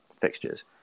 fixtures